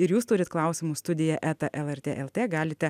ir jūs turit klausimų studija eta lrt lt galite